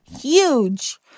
huge